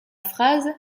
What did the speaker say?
phrase